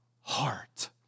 heart